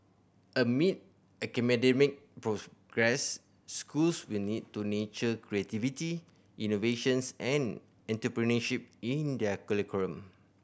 amid academic progress schools will need to nurture creativity innovations and entrepreneurship in their curriculum